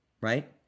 right